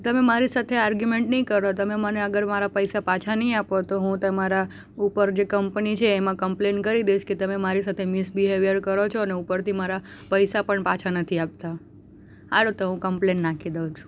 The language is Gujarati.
તમે મારી સાથે આરગયુમેન્ટ નહીં કરો તમે મને અગર મારા પૈસા પાછા નહીં આપો તો હું તમારા ઉપર જે કંપની છે એમાં કમ્પલેન કરી દઇશ કે તમે મારી સાથે મિસ બિહેવિયર કરો છો ને ઉપરથી મારા પૈસા પણ પાછા નથી આપતા હાલો તો હું કમ્પલેન નાખી દઉં છું